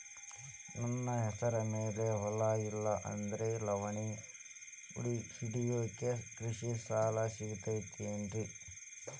ನನ್ನ ಹೆಸರು ಮ್ಯಾಲೆ ಹೊಲಾ ಇಲ್ಲ ಆದ್ರ ಲಾವಣಿ ಹಿಡಿಯಾಕ್ ಕೃಷಿ ಸಾಲಾ ಸಿಗತೈತಿ ಏನ್ರಿ?